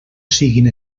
siguin